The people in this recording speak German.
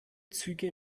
züge